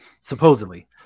supposedly